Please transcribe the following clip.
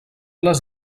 les